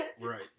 Right